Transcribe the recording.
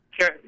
sure